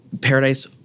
Paradise